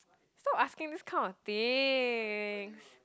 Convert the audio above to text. stop asking these kind of things